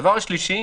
דבר שלישי,